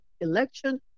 election